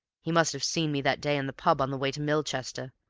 he must have seen me that day in the pub on the way to milchester,